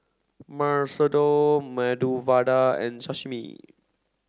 Masoor Dal Medu Vada and Sashimi